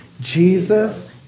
Jesus